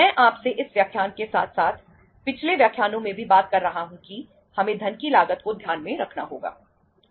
मैं आपसे इस व्याख्यान के साथ साथ पिछले व्याख्यानों में भी बात कर रहा हूं कि हमें धन की लागत को ध्यान में रखना होगा